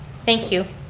thank you,